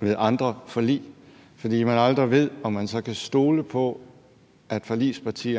ved andre forlig, fordi man aldrig ved, om man så kan stole på, at de som forligsparti